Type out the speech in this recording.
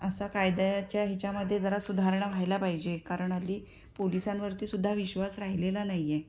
असा कायद्याच्या ह्याच्यामध्ये जरा सुधारणा व्हायला पाहिजे कारण हल्ली पोलिसांवरती सुद्धा विश्वास राहिलेला नाही आहे